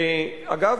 אגב,